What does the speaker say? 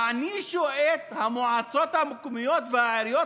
יענישו את המועצות המקומיות והעיריות